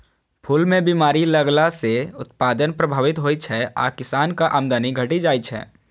फूल मे बीमारी लगला सं उत्पादन प्रभावित होइ छै आ किसानक आमदनी घटि जाइ छै